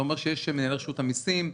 זה אומר שיש מנהל רשות המסים,